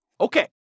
Okay